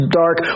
dark